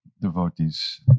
devotees